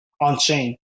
on-chain